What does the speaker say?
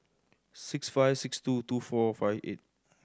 six five six two two four five eight